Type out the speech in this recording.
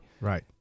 Right